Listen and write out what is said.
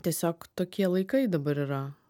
tiesiog tokie laikai dabar yra